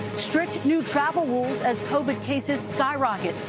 instruct new travel rules as covid cases skyrocket.